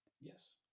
yes